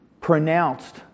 pronounced